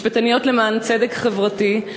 משפטניות למען צדק חברתי,